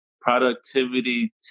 Productivity